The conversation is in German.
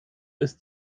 ist